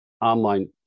online